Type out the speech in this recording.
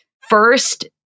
first